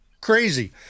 Crazy